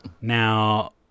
Now